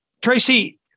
Tracy